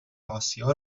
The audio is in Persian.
آسیا